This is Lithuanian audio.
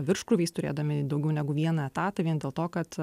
virškrūviais turėdami daugiau negu vieną etatą vien dėl to kad